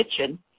kitchen